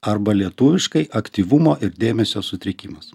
arba lietuviškai aktyvumo ir dėmesio sutrikimas